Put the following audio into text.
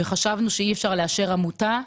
אנחנו חושבים שאי אפשר לאשר עמותה,